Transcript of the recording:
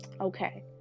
Okay